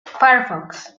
firefox